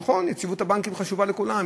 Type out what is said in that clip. נכון, יציבות הבנקים חשובה לכולם.